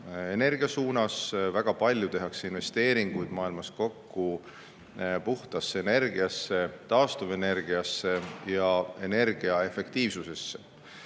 energia suunas. Väga palju tehakse investeeringuid maailmas kokku puhtasse energiasse, taastuvenergiasse ja energiaefektiivsusesse.